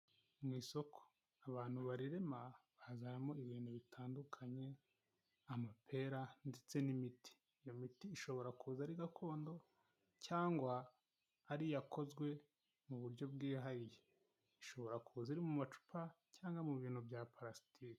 mw’isoko abantu barirema bazanamo ibintu bitandukanye amapera ndetse n'imiti iyo miti ishobora kuza ari gakondo cyangwa hari iyakozwe mu buryo bwihariye ishobora kuza mu macupa cyangwa mu bintu bya purasitiki.